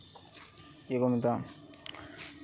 ᱪᱮᱫ ᱠᱚ ᱢᱮᱛᱟᱜᱼᱟ